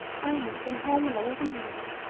i ain't been home in eleven years.